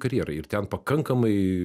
karjerai ir ten pakankamai